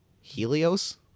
Helios